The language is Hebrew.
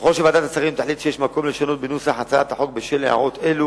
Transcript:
ככל שוועדת השרים תחליט שיש מקום לשנות מנוסח הצעת החוק בשל הערות אלו,